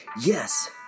Yes